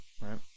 Right